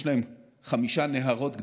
יש להם חמישה נהרות גדולים,